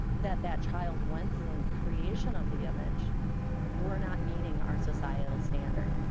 that that child went through in the creation of the image we are not meeting our societal standards.